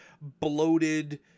bloated